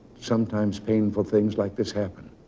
sometimes painful things like this happen.